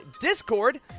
Discord